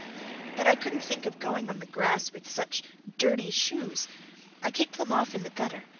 but i couldn't think of going on the grass with such dirty shoes i kicked them off in the gutter,